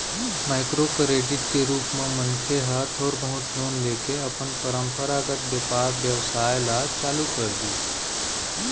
micro credit के रुप म मनखे ह थोर बहुत लोन लेके अपन पंरपरागत बेपार बेवसाय ल चालू कर दिस